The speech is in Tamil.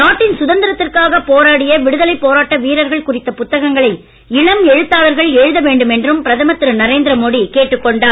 நாட்டின் சுதந்திரத்திற்காகப் போராடி விடுதலை போராட்ட வீரர்கள் குறித்த புத்தகங்களை இளம் எழுத்தாளர்கள் எழுத வேண்டும் என்றும் பிரதமர் திரு நரேந்திர மோடி கேட்டுக் கொண்டார்